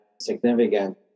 significant